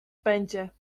będzie